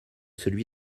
celui